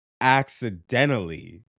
accidentally